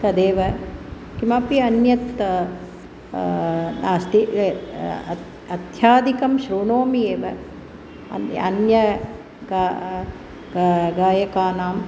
तदेव किमपि अन्यत् नास्ति अत्याधिकं शृणोमि एव अन् अन्य ग गा गायकानाम्